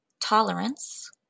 Tolerance